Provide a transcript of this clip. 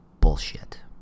bullshit